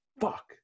Fuck